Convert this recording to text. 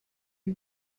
you